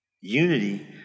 Unity